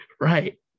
Right